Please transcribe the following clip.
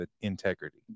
integrity